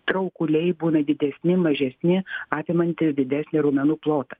traukuliai būna didesni mažesni apimanti didesnę raumenų plotą